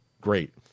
great